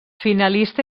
finalista